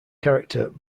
character